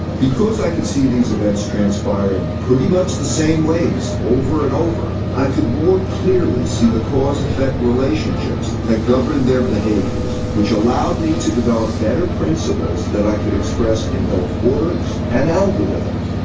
because i could see these events transpire in pretty much the same ways over and over, i could more clearly see the cause-effect relationships that govern their behaviors, which allowed me to develop better principles that i could express in both words and algorithms.